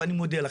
ואני מודה לך,